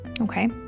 okay